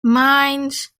mines